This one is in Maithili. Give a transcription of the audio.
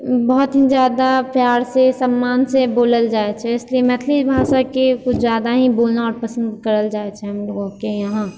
बहुत ही जादा प्यार से सम्मान से बोलल जाय छै इसलिए मैथिली भाषाके कुछ जादा ही बोलना पसन्द करल जाय छै हमलोगोके यहाँ